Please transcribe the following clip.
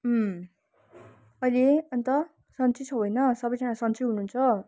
अहिले अन्त सन्चै छौ होइन सबैजना सन्चै हुनुहुन्छ